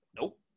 Nope